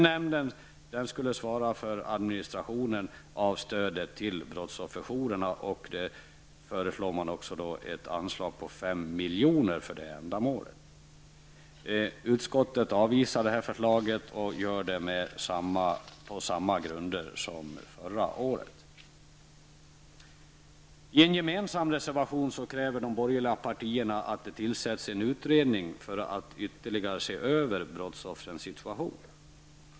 Nämnden skulle svara för administrationen av stödet till brottsofferjourerna, och man föreslår ett anslag på 5 milj.kr. för det ändamålet. Utskottet avvisar förslaget på samma grunder som förra året. I en gemensam reservation kräver de borgerliga partierna att det tillsätts en utredning för att ytterligare se över brottsoffrens situation.